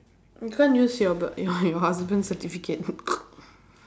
you can't use your b~ your your husband certificate